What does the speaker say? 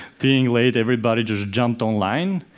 being late everybody just jumped online.